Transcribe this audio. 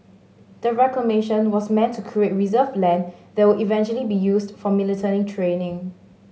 the reclamation was meant to create reserve land that would eventually be used for military training